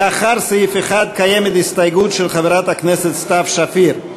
לאחר סעיף 1 קיימת הסתייגות של חברת הכנסת סתיו שפיר.